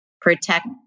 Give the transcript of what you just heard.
protect